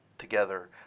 together